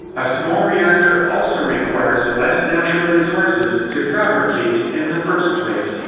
a small reactor also requires less natural resources to fabricate in the first place.